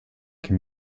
que